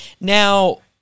Now